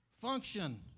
function